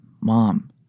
Mom